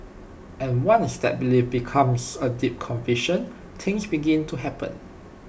and once that belief becomes A deep conviction things begin to happen